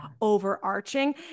overarching